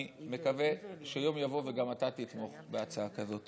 אני מקווה שיום יבוא וגם אתה תתמוך בהצעה כזאת.